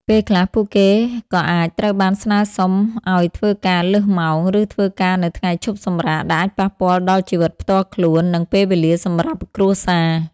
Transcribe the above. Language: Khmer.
ពេលខ្លះពួកគេក៏អាចត្រូវបានស្នើសុំឲ្យធ្វើការលើសម៉ោង ឬធ្វើការនៅថ្ងៃឈប់សម្រាក ដែលអាចប៉ះពាល់ដល់ជីវិតផ្ទាល់ខ្លួន និងពេលវេលាសម្រាប់គ្រួសារ។